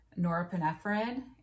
norepinephrine